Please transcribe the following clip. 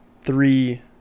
three